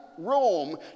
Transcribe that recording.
Rome